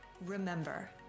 Remember